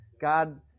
God